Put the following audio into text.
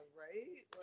right